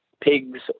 pigs